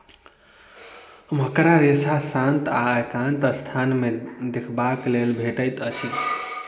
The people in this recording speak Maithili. मकड़ा रेशा शांत आ एकांत स्थान मे देखबाक लेल भेटैत अछि